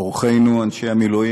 מסתכלים עלינו כאן במדינת ישראל,